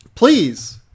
Please